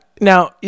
Now